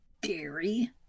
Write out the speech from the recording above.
Dairy